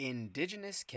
Indigenous